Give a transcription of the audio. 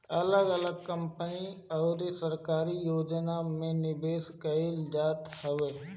अगल अलग कंपनी अउरी सरकारी योजना में निवेश कईल जात हवे